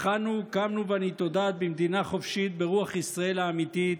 אך אנחנו קמנו ונתעודד במדינה חופשית ברוח ישראל האמיתית.